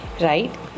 right